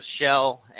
Shell